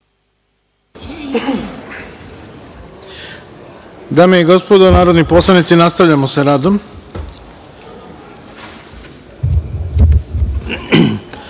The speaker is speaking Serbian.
Dame i gospodo narodni poslanici, nastavljamo sa radom. Ja